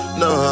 no